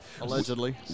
Allegedly